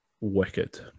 wicked